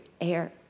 air